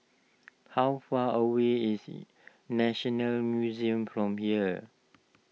how far away is National Museum from here